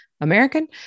American